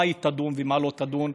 במה היא תדון ובמה לא תדון,